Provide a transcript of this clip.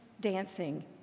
dancing